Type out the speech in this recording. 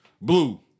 Blue